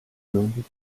wounded